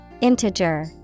Integer